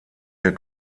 der